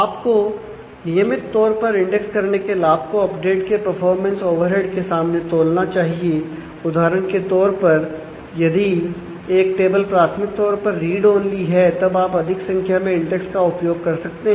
आपको नियमित तौर पर इंडेक्स करने के लाभ को अपडेट के परफॉर्मेंस ओवरहेड का उपयोग कर सकते हैं